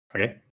Okay